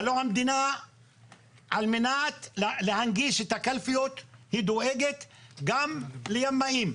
הרי המדינה על מנת להנגיש את הקלפיות דואגת גם לימאים.